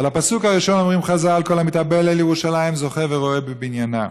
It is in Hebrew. על הפסוק הראשון אומרים חז"ל: כל המתאבל על ירושלים זוכה ורואה בבניינה.